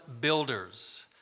builders